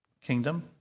kingdom